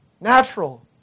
Natural